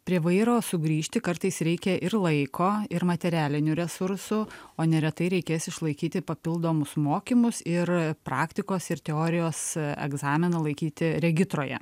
prie vairo sugrįžti kartais reikia ir laiko ir materialinių resursų o neretai reikės išlaikyti papildomus mokymus ir praktikos ir teorijos egzaminą laikyti regitroje